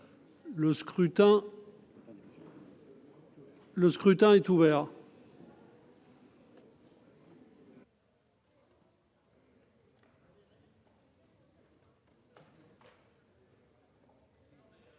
Le scrutin est ouvert.